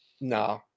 No